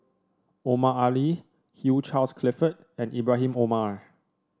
Omar Ali Hugh Charles Clifford and Ibrahim Omar